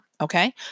Okay